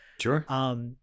Sure